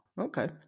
Okay